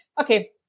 Okay